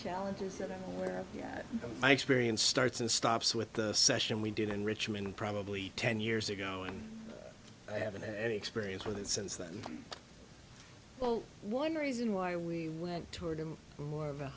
challenges that i'm aware of yet i experienced starts and stops with the session we did in richmond probably ten years ago and i haven't had any experience with it since then well one reason why we went